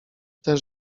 też